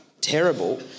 terrible